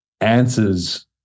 answers